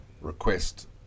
request